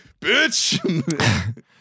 bitch